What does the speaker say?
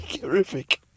Terrific